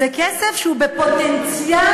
זה כסף שהוא בפוטנציאל,